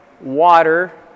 water